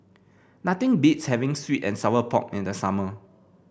nothing beats having sweet and Sour Pork in the summer